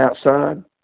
outside